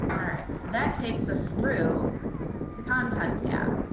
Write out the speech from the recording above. alright, so that takes us through the content tab.